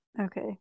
Okay